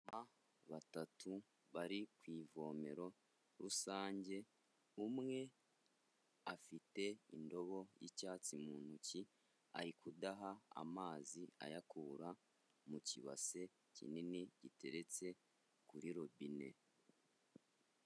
Abamama batatu bari ku ivomero rusange, umwe afite indobo y'icyatsi mu ntoki, ari kudaha amazi ayakura mu kibase kinini giteretse kuri robine.